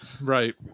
right